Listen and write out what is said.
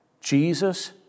Jesus